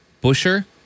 Busher